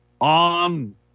on